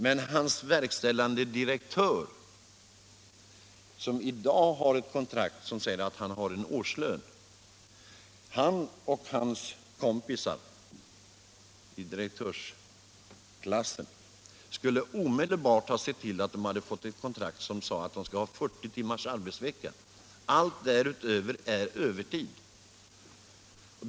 Men hans verkställande direktör, som i dag har ett kontrakt som innebär årslön, och kompisarna i direktörsklassen skulle omedelbart ha sett till att de fått ett kontrakt som ger dem 40 timmars arbetsvecka. Allt därutöver skulle ha varit övertid.